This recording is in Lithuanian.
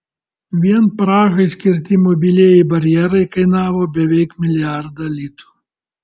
vien prahai skirti mobilieji barjerai kainavo beveik milijardą litų